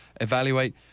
evaluate